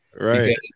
Right